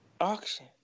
Auction